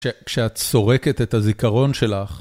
כשאת סורקת את הזיכרון שלך.